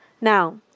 Now